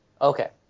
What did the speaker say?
Okay